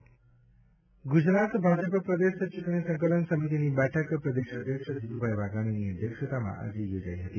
ભાજપ બેઠક ગુજરાત ભાજપ પ્રદેશ ચૂંટણી સંકલન સમિતિની બેઠક પ્રદેશ અધ્યક્ષ જીતુભાઇ વાઘાણીની અધ્યક્ષતામાં આજે યોજાઈ હતી